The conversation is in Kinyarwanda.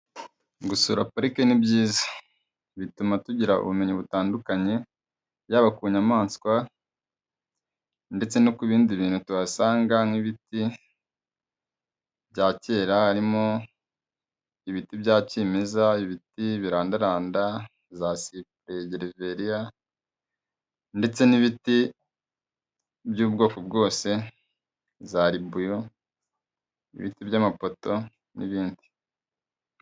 Gusura parike ni byiza. Bituma tugira ubumenyi butandukanye yaba ku nyamaswa ndetse no ku bindi bintu tuhasanga nk'ibiti bya kera harimo ibiti bya kimeza, ibiti birandaranda, za sipure, gereveriya ndetse n'ibiti by'ubwoko bwose, za ribuyu, ibiti by'amapoto n'ibindi.